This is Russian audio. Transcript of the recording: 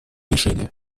решения